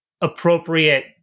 appropriate